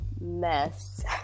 mess